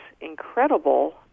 incredible